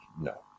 No